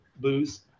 booze